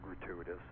gratuitous